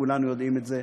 כולנו יודעים את זה.